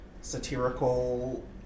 satirical